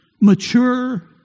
mature